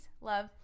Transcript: love